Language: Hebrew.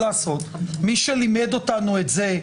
מי שלימד אותנו את זה,